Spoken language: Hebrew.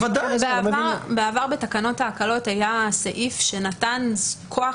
בעבר בתקנות ההקלות היה סעיף שנתן כוח